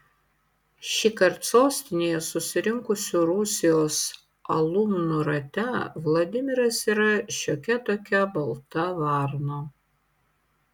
šįkart sostinėje susirinkusių rusijos alumnų rate vladimiras yra šiokia tokia balta varna